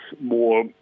more